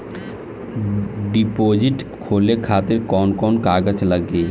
Deposit खोले खातिर कौन कौन कागज लागी?